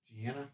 Gianna